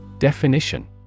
Definition